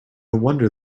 wonder